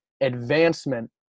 advancement